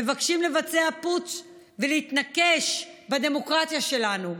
מבקשים לבצע פוטש ולהתנקש בדמוקרטיה שלנו.